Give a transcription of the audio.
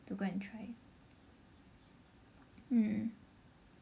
go and try mm